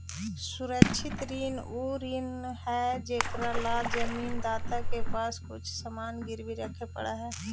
सुरक्षित ऋण उ ऋण हइ जेकरा ला ऋण दाता के पास कुछ सामान गिरवी रखे पड़ऽ हइ